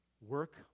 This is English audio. Work